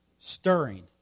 stirring